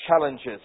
challenges